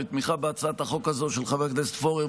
בתמיכה בהצעת החוק הזאת של חבר הכנסת פורר,